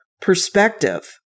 perspective